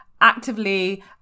actively